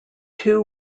two